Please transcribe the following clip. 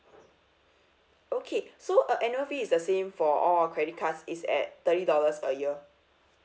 okay so uh annual fee is the same for all our credit cards it's at thirty dollars a year